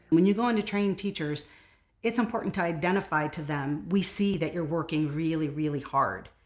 when you're going to train teachers it's important to identify to them we see that you're working really really hard,